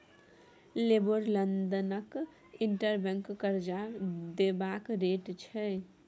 LIBOR लंदनक interbank करजा देबाक रेट छै